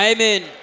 Amen